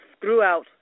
throughout